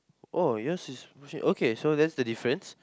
oh yours is pushing okay so that's the difference